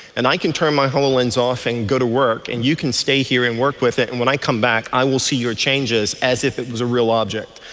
and i can turn my hololens off and go to work and you can stay here and work with it, and when i come back i will see your changes as if it was a real object.